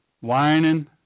whining